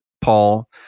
paul